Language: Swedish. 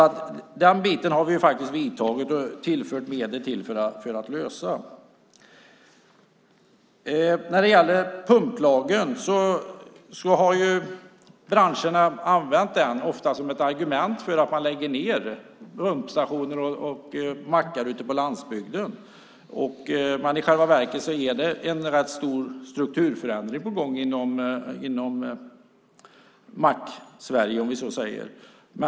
När det gäller den biten har vi alltså faktiskt vidtagit åtgärder och tillfört medel för att lösa problemen. Pumplagen har branscherna ofta använt som ett argument för att lägga ned pumpstationer och mackar ute på landsbygden. Men i själva verket är en rätt stor strukturförändring på gång inom Macksverige, om vi säger så.